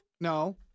No